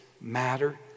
matter